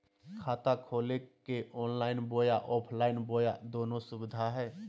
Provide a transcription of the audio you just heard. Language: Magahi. खाता खोले के ऑनलाइन बोया ऑफलाइन बोया दोनो सुविधा है?